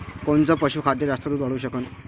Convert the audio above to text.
कोनचं पशुखाद्य जास्त दुध वाढवू शकन?